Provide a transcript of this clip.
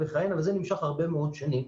וזה נמשך הרבה מאוד שנים.